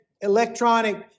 electronic